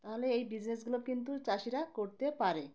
তাহলে এই বিজনেসগুলো কিন্তু চাষিরা করতে পারে